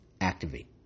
activate